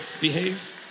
Behave